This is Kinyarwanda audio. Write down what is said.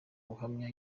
ubuhamya